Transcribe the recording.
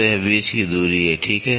तो यह बीच की दूरी है ठीक है